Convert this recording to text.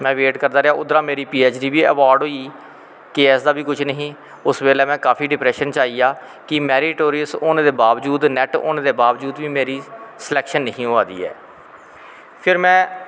में वेट करदा रेहा उद्दरा दा मेरी पी ऐच डी बी अवार्ड़ होई के ए ऐस दा बी कुश नेंई हा उसलै में काफी डिप्रैशन च आईया क् मैरिटोरियस होनें दे बाबजूद नैट होनें दे बाबजूद मेरी स्लैक्शन नेंई ही होआ दी ऐ फिर मैं